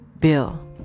Bill